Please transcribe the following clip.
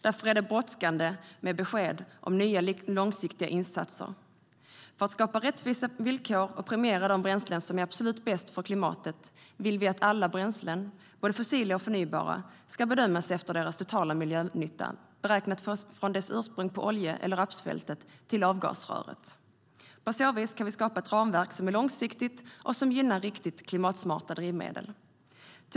Därför är det brådskande med besked om nya långsiktiga insatser. För att skapa rättvisa villkor och premiera de bränslen som är absolut bäst för klimatet vill vi att alla bränslen, både fossila och förnybara, ska bedömas efter deras totala miljönytta - beräknat från deras ursprung på olje eller rapsfältet till avgasröret. På så vis kan vi skapa ett ramverk som är långsiktigt och som gynnar riktigt klimatsmarta drivmedel.